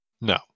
No